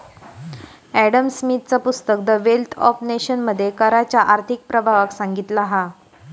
Adam स्मिथचा पुस्तक the wealth of nation मध्ये कराच्या आर्थिक प्रभावाक सांगितला हा